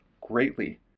greatly